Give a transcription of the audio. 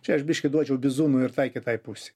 čia aš biškį duočiau bizūnų ir tai kitai pusei